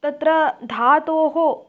तत्र धातोः